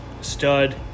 stud